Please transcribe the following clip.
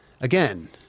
Again